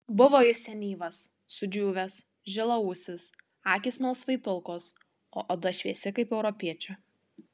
buvo jis senyvas sudžiūvęs žilaūsis akys melsvai pilkos o oda šviesi kaip europiečio